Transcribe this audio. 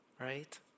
Right